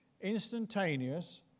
instantaneous